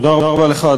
תודה רבה לך.